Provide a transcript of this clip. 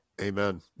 Amen